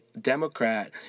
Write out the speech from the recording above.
Democrat